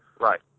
Right